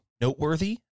noteworthy